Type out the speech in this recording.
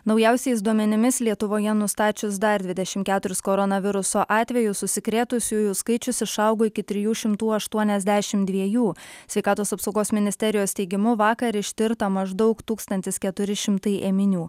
naujausiais duomenimis lietuvoje nustačius dar dvidešimt keturis koronaviruso atvejus užsikrėtusiųjų skaičius išaugo iki trijų šimtų aštuoniasdešimt dviejų sveikatos apsaugos ministerijos teigimu vakar ištirta maždaug tūkstantis keturi šimtai ėminių